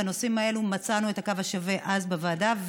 בנושאים האלה מצאנו את הקו השווה אז בוועדה.